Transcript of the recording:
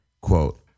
quote